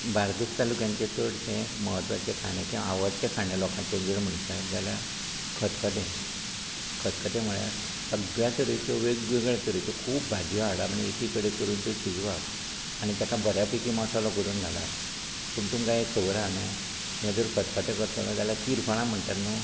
बार्देस तालुक्यांतलें चडशें म्हत्वाचें खाणे की आवडटे खाणे लोकांचे जर म्हणश्यात जाल्यार खतखते खतखते म्हळ्यार सगळ्या तरेच्यो वेगवेगळ्या तरेच्यो खूब भाजयो हाडप आनी एकीकडे करून त्यो शिजवप आनी तेका बऱ्यापेकी मसालो करून घालप पूण तूमकां एक खबर हां न्हू हे जर खतखते करतलो जाल्यार तीरफळां म्हणटात न्हू